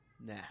nah